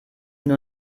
nur